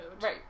Right